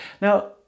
Now